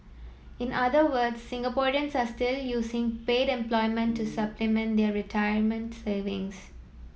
in other words Singaporeans are still using paid employment to supplement their retirement savings